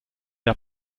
der